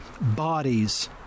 bodies